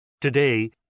Today